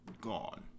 gone